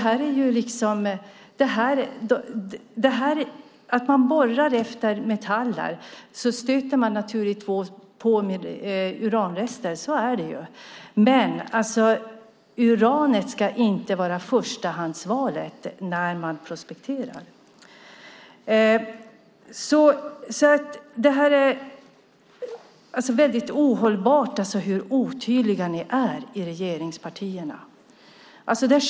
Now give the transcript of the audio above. När man borrar efter metaller stöter man naturligtvis på uranrester, men uranet ska inte vara förstahandsvalet när man prospekterar. Det är ohållbart att regeringspartierna är så otydliga.